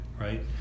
right